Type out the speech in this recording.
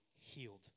healed